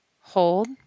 hold